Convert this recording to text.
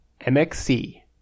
MXC